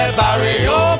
barrio